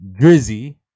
Drizzy